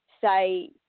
say